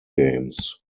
games